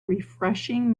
refreshing